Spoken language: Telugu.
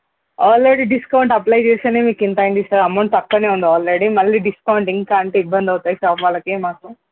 ఆల్రెడీ డిస్కౌంట్ అప్లయ్ చేస్తే మీకు ఇంత అయ్యింది సార్ అమౌంట్ పక్కనే ఉంది ఆల్రెడీ మళ్ళీ డిస్కౌంట్ ఇంకా అంటే ఇబ్బంది అవుతాయి షాప్ వాళ్ళకి మాకు